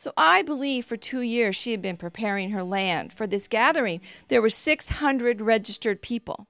so i believe for two years she had been preparing her land for this gathering there were six hundred registered people